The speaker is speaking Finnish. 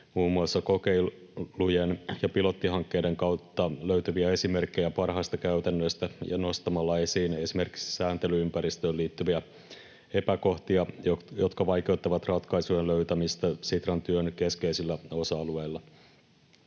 muun muassa kokeilujen ja pilottihankkeiden kautta löytyviä, esimerkkejä parhaista käytännöistä ja nostamalla esiin esimerkiksi sääntely-ympäristöön liittyviä epäkohtia, jotka vaikeuttavat ratkaisujen löytämistä Sitran työn keskeisillä osa-alueilla.